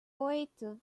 oito